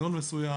בסגנון מסוים.